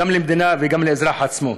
גם למדינה וגם לאזרח עצמו.